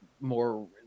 more